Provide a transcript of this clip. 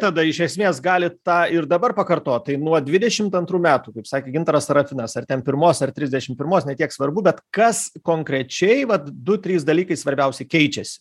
tada iš esmės galit tą ir dabar pakartot tai nuo dvidešimt antrų metų kaip sakė gintaras sarafinas ar ten pirmos ar trisdešim pirmos ne tiek svarbu bet kas konkrečiai vat du trys dalykai svarbiausi keičiasi